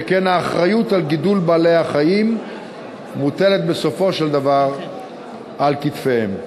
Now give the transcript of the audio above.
שכן האחריות לגידול בעלי-החיים מוטלת בסופו של דבר על כתפיהם.